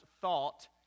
thought